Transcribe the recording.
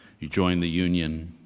you joined the union.